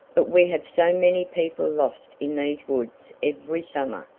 but we have so many people lost in these woods every summer,